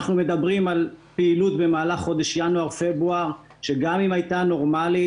אנחנו מדברים על הפעילות במהלך חודש ינואר-פברואר שגם אם הייתה נורמלית,